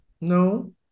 no